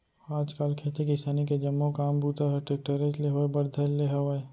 आज काल खेती किसानी के जम्मो काम बूता हर टेक्टरेच ले होए बर धर ले हावय